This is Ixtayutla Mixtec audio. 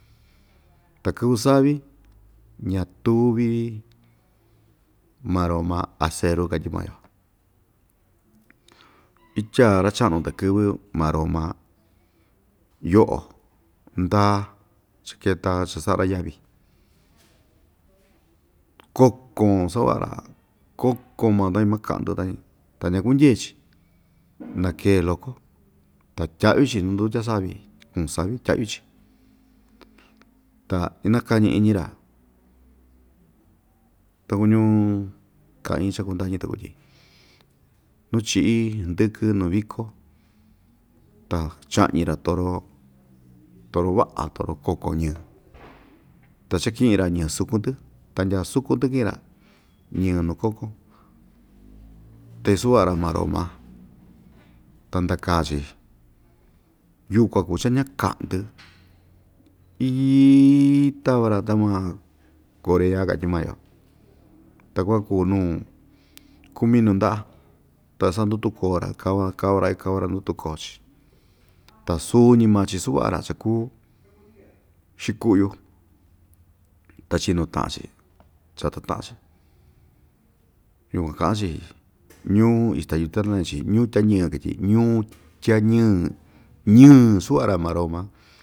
Ta kɨvɨ savi ñatuvi maroma aseru katyi maa‑yo ityaa ra‑cha'nu takɨ́vɨ maroma yo'o ndaa chaketa cha sa'a‑ra yavi kokon sava'a‑ra kokon ma tañi maka'ndɨ tañi ta ñakundye‑chi nake loko ta tya'yu‑chi nu ndutya savi kuun savi tya'yu‑chi ta inakañi iñi‑ra ta kuñu ka'in cha kuu ndañi tuku tyi nu chi'í hndɨkɨ nu viko ta cha'ñi‑ra toro toro va'a toro kokon ñɨɨ ta chaki'in‑ra ñɨɨ sukun‑tɨ ta ndya sukun‑tɨ ki'in‑ra ñɨɨ nu kokon ta isuva'a‑ra maroma ta ndakaa‑chi yukuan kuu chañaka'ndɨ iitava‑ra tama korea katyi maa‑yo ta kua kuu nuu kumi nunda'a ta sandutukoo‑ra kava kava‑ra ikavaa‑ra nu tuko‑chi ta suñi maa‑chi suva'a‑ra cha kuu xiku'yu ta chinu ta'an‑chi chata ta'an‑chi yukuan ka'an‑chi ñuu ixtayutla nañi‑chi ñuu tyañɨɨ ketyi ñuu tyañɨɨ ñɨɨ suva'a‑ra maroma.